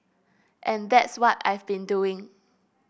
and that's what I've been doing